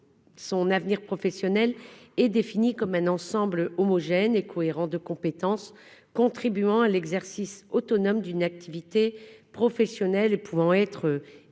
son avenir professionnel, est défini comme un ensemble homogène et cohérent de compétences contribuant à l'exercice autonome d'une activité professionnelle et pouvant être évaluées